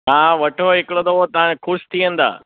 तव्हां वठो हिकिड़ो दफ़ो तव्हां ख़ुशि थी वेंदा